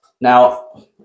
now